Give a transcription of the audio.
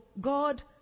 God